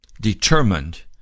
determined